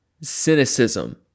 cynicism